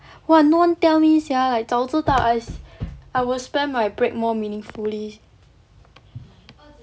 !wah! no one tell me sia like 早知道 I I will spend my break more meaningfully